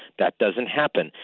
that doesn't happen.